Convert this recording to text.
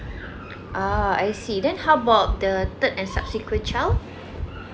ah I see then how about the third and subsequent child